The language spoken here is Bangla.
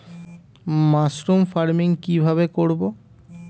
মাসরুম ফার্মিং কি ভাবে করব?